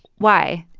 why?